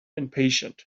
impatient